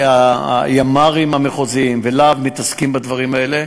הימ"רים המחוזיים ו"להב" מתעסקים בדברים האלה.